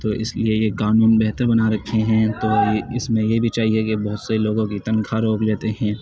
تو اس لیے یہ قانون بہتر بنا رکھے ہیں تو یہ اس میں یہ بھی چاہیے کہ بہت سے لوگوں کی تنخواہ روک لیتے ہیں